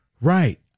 Right